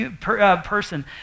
person